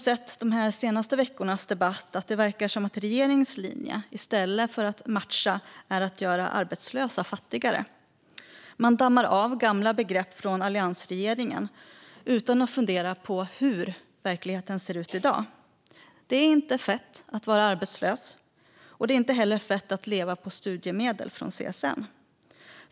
I de senaste veckornas debatt har vi tyvärr sett att regeringens linje verkar vara att göra arbetslösa fattigare i stället för att matcha dem. Man dammar av gamla begrepp från alliansregeringen utan att fundera på hur verkligheten ser ut i dag. Det är inte fett att vara arbetslös. Det är inte heller fett att leva på studiemedel från CSN.